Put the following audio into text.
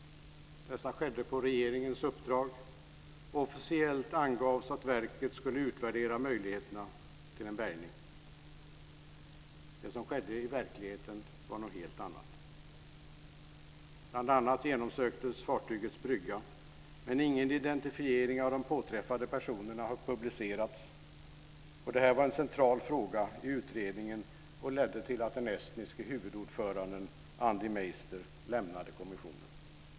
Dessa skedde på regeringens uppdrag, och officiellt angavs att verket skulle utvärdera möjligheterna till en bärgning. Det som skedde i verkligheten var något helt annat. Bl.a. genomsöktes fartygets brygga, men ingen identifiering av de påträffade personerna har publicerats. Det här har varit en central fråga i hela utredningen och ledde till att den estniske huvudordföranden Andi Meister lämnade kommissionen.